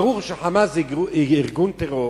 ברור ש"חמאס" הוא ארגון טרור,